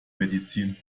medizin